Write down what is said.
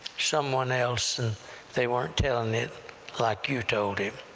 someone else, and they weren't telling it like you told it